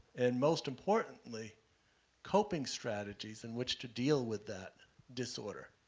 and most important ly cope ing strategy ies in which to deal with that disorder.